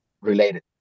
related